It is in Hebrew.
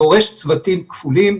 דורש צוותים כפולים,